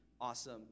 awesome